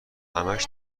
همش